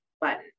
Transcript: button